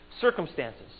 Circumstances